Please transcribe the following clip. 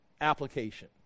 application